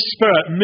Spirit